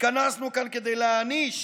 התכנסנו כאן כדי להעניש